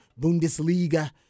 Bundesliga